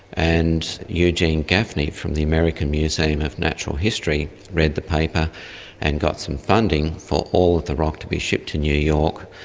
and eugene gaffney from the american museum of natural history read the paper and got some funding for all of the rock to be shipped to new york.